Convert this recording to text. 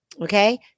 okay